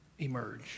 emerge